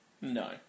No